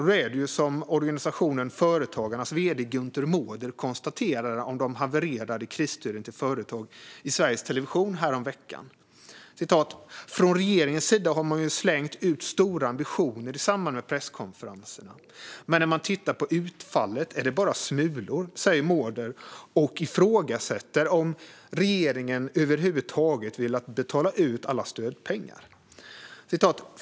Det är som organisationen Företagarnas vd Günther Mårder konstaterar om de havererade krisstöden till företag i Sveriges Television häromveckan. "Från regeringens sida har man slängt ut stora ambitioner i samband med presskonferenserna. Men när man tittar på utfallet så är det ofta bara smulor kvar, säger Företagarnas vd Günther Mårder." Han ifrågasätter om regeringen över huvud taget vill betala ut alla stödpengar.